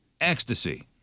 ecstasy